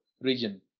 region